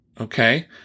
okay